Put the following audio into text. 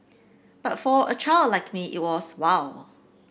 but for a child like me it was wow